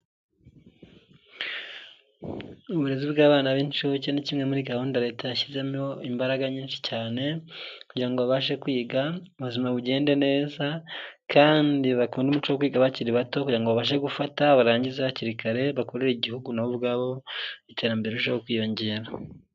Uburezi bw'abana b'inshuke ni kimwe muri gahunda Leta yashyizemo imbaraga nyinshi cyane kugira ngo babashe kwiga, ubuzima bugende neza kandi kwiga bakiri bato kugira ngo babashe gufata, barangize hakiri kare, bakorere Igihugu na bo ubwabo, iterambere rirusheho kwiyongera.